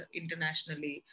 internationally